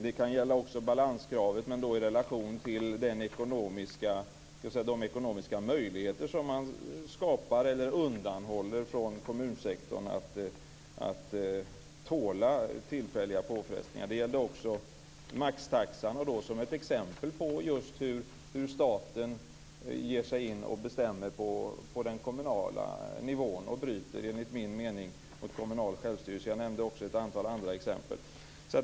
Det kan också gälla balanskravet i relation till de ekonomiska möjligheter som man skapar eller undanhåller från kommunsektorn när det gäller att tåla tillfälliga påfrestningar. Det gällde också maxtaxan. Det är just ett exempel på hur staten ger sig in och bestämmer på den kommunala nivån och, enligt min mening, bryter mot den kommunala självstyrelsen. Jag nämnde också ett antal andra exempel.